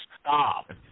stop